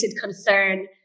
concern